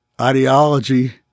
ideology